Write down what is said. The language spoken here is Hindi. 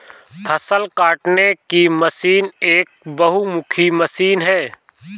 फ़सल काटने की मशीन एक बहुमुखी मशीन है